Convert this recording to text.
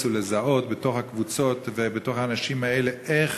ולזהות בתוך הקבוצות ובתוך האנשים האלה איך